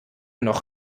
noch